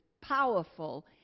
powerful